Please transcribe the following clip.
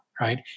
right